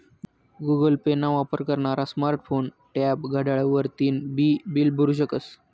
Google pay ना वापर करनारा स्मार्ट फोन, टॅब, घड्याळ वरतीन बी बील भरु शकस